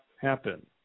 happen